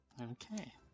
Okay